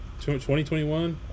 2021